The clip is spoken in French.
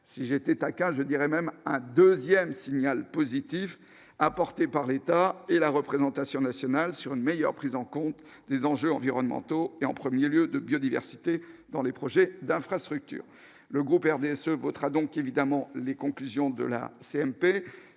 si j'étais un cas, je dirais même un 2ème signal positif apportée par l'État et la représentation nationale sur une meilleure prise en compte des enjeux environnementaux et, en 1er lieu de biodiversité dans les projets d'infrastructures, le groupe RDSE votera donc évidemment les conclusions de la CNP,